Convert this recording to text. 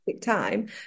time